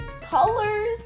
Colors